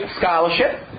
scholarship